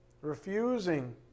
refusing